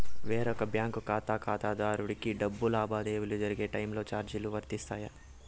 వేరొక బ్యాంకు ఖాతా ఖాతాదారునికి డబ్బు లావాదేవీలు జరిగే టైములో చార్జీలు వర్తిస్తాయా?